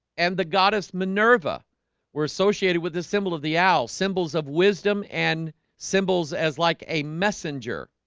and the goddess, minerva were associated with the symbol of the owl symbols of wisdom and symbols as like a messenger